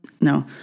No